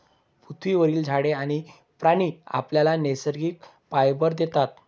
पृथ्वीवरील झाडे आणि प्राणी आपल्याला नैसर्गिक फायबर देतात